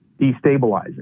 destabilizing